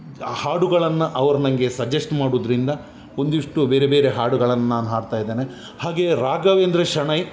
ಹಾಡುಗಳನ್ನು ಅವರು ನನಗೆ ಸಜ್ಜೆಸ್ಟ್ ಮಾಡುವುದ್ರಿಂದ ಒಂದಿಷ್ಟು ಬೇರೆ ಬೇರೆ ಹಾಡುಗಳನ್ನ ನಾನು ಹಾಡ್ತಾಯಿದ್ದೇನೆ ಹಾಗೆ ರಾಘವೇಂದ್ರ ಶೆಣೈ